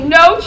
no